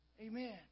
Amen